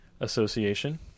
Association